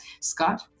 Scott